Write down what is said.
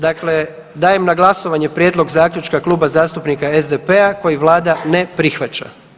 Dakle, dajem na glasovanje prijedlog zaključka Kluba zastupnika SDP-a koji Vlada ne prihvaća.